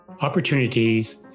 opportunities